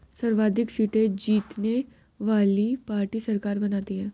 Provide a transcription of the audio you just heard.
सर्वाधिक सीटें जीतने वाली पार्टी सरकार बनाती है